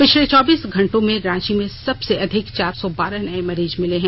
पिछले चौबीस घंटों में रांची में सबसे अधिक चार सौ बारह नये मरीज मिले हैं